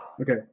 Okay